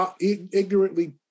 ignorantly